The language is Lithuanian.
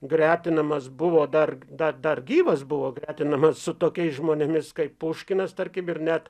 gretinamas buvo dar dar gyvas buvo gretinamas su tokiais žmonėmis kaip puškinas tarkim ir net